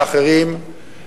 ואחרים,